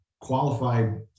qualified